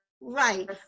Right